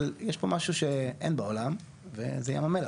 אבל יש פה משהו שאין בעולם וזה ים המלח.